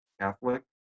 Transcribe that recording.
Catholic